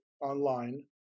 online